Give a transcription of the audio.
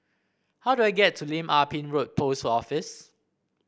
how do I get to Lim Ah Pin Road Post Office